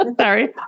Sorry